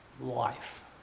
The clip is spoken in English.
life